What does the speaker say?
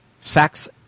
sex